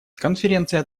конференция